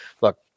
Look